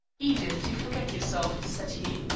edith, you forget yourself, said he,